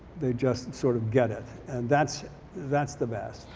they just sort of get it. and that's that's the best.